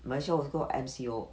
malaysia also go M_C_O